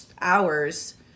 hours